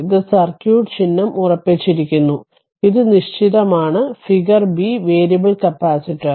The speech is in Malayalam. ഇത് സർക്യൂട്ട് ചിഹ്നം ഉറപ്പിച്ചിരിക്കുന്നു ഇത് നിശ്ചിതമാണ് ഫിഗർ ബി വേരിയബിൾ കപ്പാസിറ്റർ